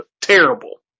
terrible